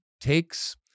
takes